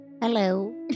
Hello